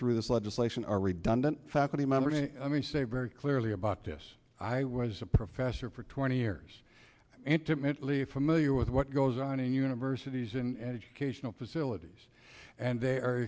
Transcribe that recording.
through this legislation are redundant faculty members i mean say very clearly about this i was a professor for twenty years and timidly familiar with what goes on in universities and educational facilities and they are